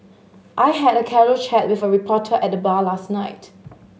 I had a casual chat with a reporter at the bar last night